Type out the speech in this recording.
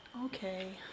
Okay